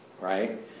right